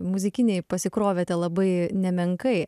muzikiniai pasikrovėte labai nemenkai